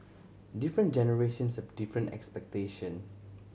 different generations have different expectation